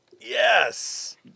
Yes